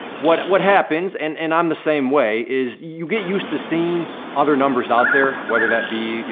what what happens, and and i'm the same way, is you get used to seeing other numbers out there, whether that be, you